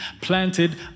planted